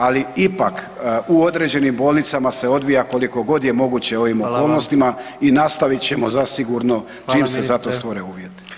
Ali ipak u određenim bolnicama se odvija koliko god je moguće u ovim okolnostima i nastavit ćemo zasigurno čim se za to stvore uvjeti.